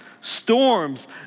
storms